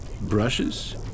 brushes